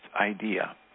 idea